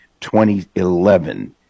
2011